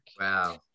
Wow